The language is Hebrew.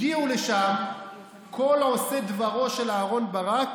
הגיעו לשם כל עושי דברו של אהרן ברק